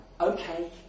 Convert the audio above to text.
Okay